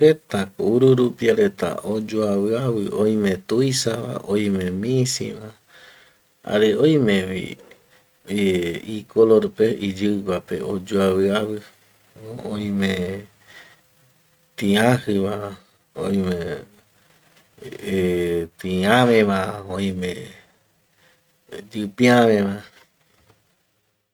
Jetako orurupia reta oyoaviavi oime tuisava, oime misiva, jare oimevi icolorpe iyiguape oyoaviavi, oime tiajiva, eh oime tiaveva, oime yipiaveva